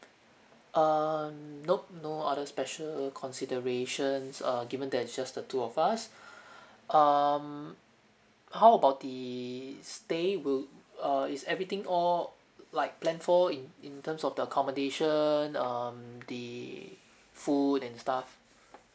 err nope no other special considerations uh given that is just the two of us um how about the stay will err is everything all like planned for in in terms of the accommodation um the food and stuff